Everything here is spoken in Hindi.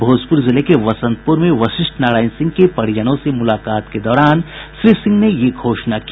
भोजपुर जिले के वसंतपुर में वशिष्ठ नारायण सिंह के परिजनों से मुलाकात के दौरान श्री सिंह ये घोषणा की